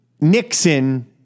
Nixon